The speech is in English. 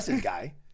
guy